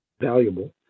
valuable